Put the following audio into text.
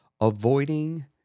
avoiding